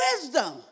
wisdom